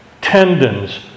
tendons